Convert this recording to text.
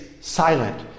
silent